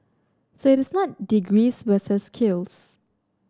so it is not degrees versus skills